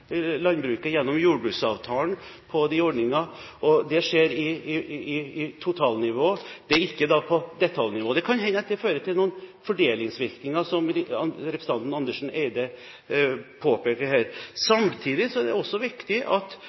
gjennom jordbruksavtalen. Det skjer på totalnivå, det er ikke på detaljnivå. Det kan hende at det fører til noen fordelingsvirkninger, som representanten Andersen Eide påpeker her. Samtidig er det også viktig at